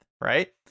right